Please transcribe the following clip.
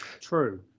True